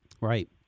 Right